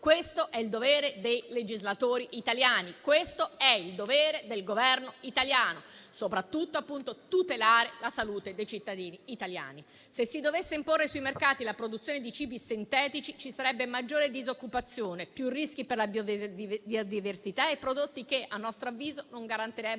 Questo è il dovere dei legislatori italiani; questo è il dovere del Governo italiano, vale a dire, soprattutto, tutelare la salute dei cittadini. Se si dovesse imporre sui mercati la produzione di cibi sintetici, ci sarebbero maggiore disoccupazione, più rischi per la biodiversità e prodotti che, a nostro avviso, non garantirebbero